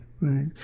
right